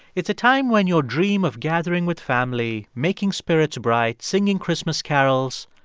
it's a time when your dream of gathering with family, making spirits bright, singing christmas carols,